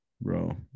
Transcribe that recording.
bro